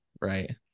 right